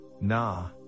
nah